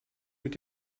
mit